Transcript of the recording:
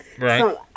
Right